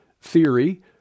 theory